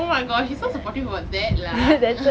oh my god she's so supportive about that lah